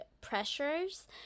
pressures